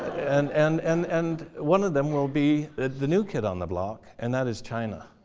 and and and and one of them will be the new kid on the block, and that is china.